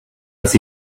dass